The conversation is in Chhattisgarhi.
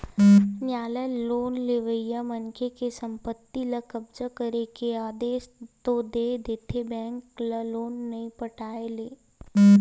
नियालय लोन लेवइया मनखे के संपत्ति ल कब्जा करे के आदेस तो दे देथे बेंक ल लोन नइ पटाय ले